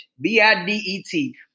B-I-D-E-T